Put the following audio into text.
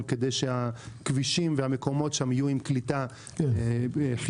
כדי שהכבישים והמקומות שם יהיו עם קליטה חיונית.